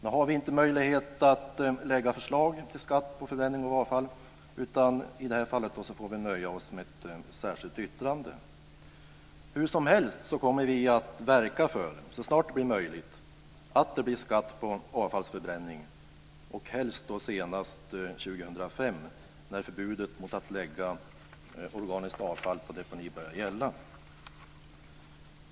Vi har inte möjlighet att nu lägga fram förslag till skatt på förbränning av avfall, utan vi får nöja oss med att avge ett särskilt yttrande. Vi kommer dock att verka för att det så snart som möjligt blir skatt på avfallsförbränning, helst senast 2005, när förbudet mot att deponera organiskt avfall börjar gälla.